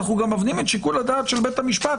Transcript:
אנחנו גם מבחנים את שיקול הדעת של בית המשפט